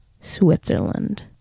Switzerland